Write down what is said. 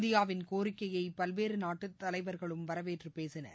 இந்தியாவின் கோரிக்கையை பல்வேறு நாட்டு தலைவர்களும் வரவேற்று பேசினர்